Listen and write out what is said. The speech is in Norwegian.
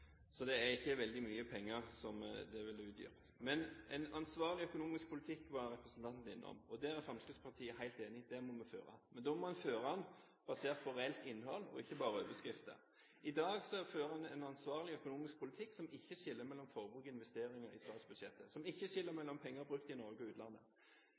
så det vil ikke utgjøre veldig mye penger. Representanten var innom en ansvarlig økonomisk politikk. Der er Fremskrittspartiet helt enig, det må vi føre. Men da må en føre den basert på reelt innhold, ikke bare på overskrifter. I dag fører en en ansvarlig økonomisk politikk som ikke skiller mellom forbruk og investeringer i statsbudsjettet, som ikke skiller mellom penger brukt i Norge og penger brukt i utlandet.